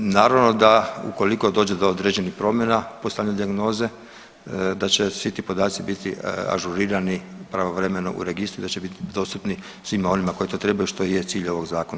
Naravno da ukoliko dođe do određenih promjena u postavljanju dijagnoze da će svi ti podaci biti ažurirani pravovremeno u registru i da će biti dostupni svima onima koji to trebaju što i je cilj ovoga zakona.